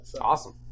Awesome